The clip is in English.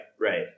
right